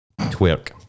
twerk